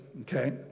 okay